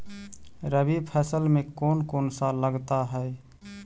रबी फैसले मे कोन कोन सा लगता हाइय?